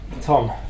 Tom